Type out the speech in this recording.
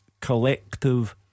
Collective